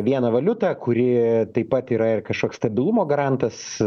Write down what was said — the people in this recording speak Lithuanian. vieną valiutą kuri taip pat yra ir kažkoks stabilumo garantas